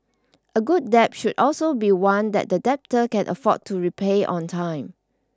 a good debt should also be one that the debtor can afford to repay on time